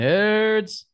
Nerds